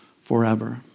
forever